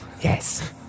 Yes